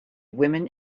women